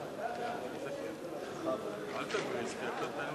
הביטוח הלאומי (תיקון, הגדלת התוספת לקצבת זיקנה